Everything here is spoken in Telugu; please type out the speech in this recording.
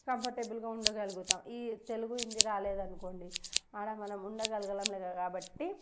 కంఫర్టబుల్గా ఉండగలుగుతాం ఈ తెలుగు హిందీ రాలేదు అనుకోండి ఆడ మనం ఉండగలగలేం కాబట్టి